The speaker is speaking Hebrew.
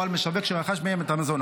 או על משווק שרכש מהם את המזון.